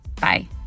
Bye